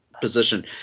position